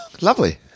lovely